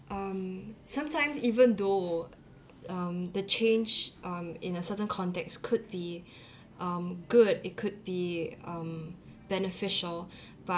um sometimes even though um the change um in a certain context could be um good it could be um beneficial but